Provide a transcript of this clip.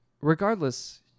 Regardless